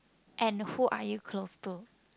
and who are you close to